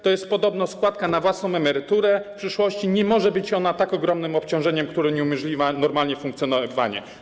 To jest podobno składka na własną emeryturę w przyszłości, nie może więc być ona tak ogromnym obciążeniem, które uniemożliwia normalne funkcjonowanie.